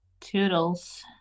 Toodles